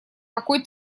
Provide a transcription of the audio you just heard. какой